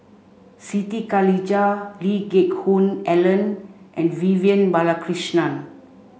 Siti Khalijah Lee Geck Hoon Ellen and Vivian Balakrishnan